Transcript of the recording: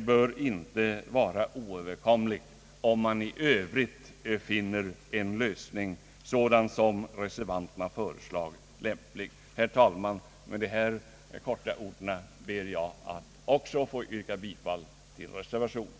bör inte vara oöverskådlig, om man i övrigt finner en sådan lösning lämplig som reservanterna föreslagit. Herr talman! Med dessa ord ber jag att också få yrka bifall till den nämnda reservationen.